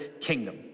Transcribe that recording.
kingdom